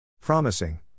Promising